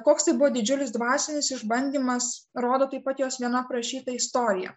koks tai buvo didžiulis dvasinis išbandymas rodo taip pat jos viena aprašyta istorija